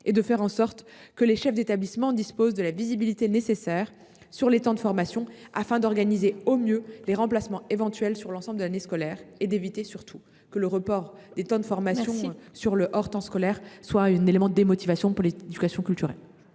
de faire en sorte que les chefs d’établissement disposent de la visibilité nécessaire sur les temps de formation, afin d’organiser au mieux les remplacements éventuels sur l’ensemble de l’année scolaire et, surtout, d’éviter que le report des temps de formation hors du temps scolaire ne soit source de démotivation pour les enseignants.